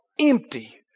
empty